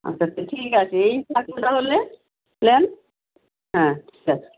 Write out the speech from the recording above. আচ্ছা আচ্ছা ঠিক আছে এই থাকলো তাহলে প্ল্যান হ্যাঁ ঠিক আছে